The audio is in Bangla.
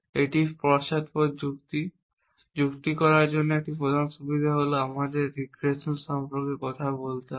এটি পশ্চাৎপদ যুক্তি যুক্তি করার একটি প্রধান সুবিধা তারপর আমাদের একটি রিগ্রেশন সম্পর্কে কথা বলতে হবে